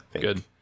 Good